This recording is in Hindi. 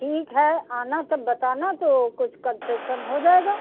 ठीक है आना तब बताना तो कुछ कन्सेशन हो जाएगा